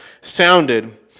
sounded